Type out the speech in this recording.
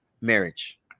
marriage